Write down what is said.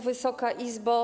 Wysoka Izbo!